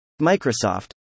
Microsoft